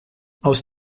aus